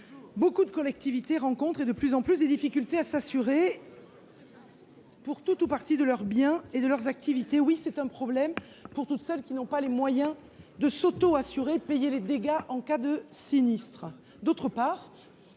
nombreuses collectivités rencontrent de plus en plus de difficultés à s’assurer, pour tout ou partie de leurs biens et de leurs activités. C’est un problème, surtout pour celles qui n’ont pas les moyens de s’autoassurer et de payer les dégâts en cas de sinistre.